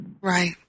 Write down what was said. Right